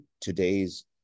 today's